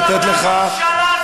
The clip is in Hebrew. לתת לך,